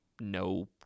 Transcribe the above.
no